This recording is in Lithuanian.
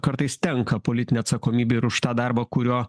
kartais tenka politinė atsakomybė ir už tą darbą kurio